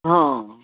हँ